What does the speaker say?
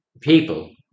people